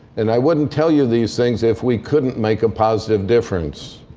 and i wouldn't tell you these things if we couldn't make a positive difference.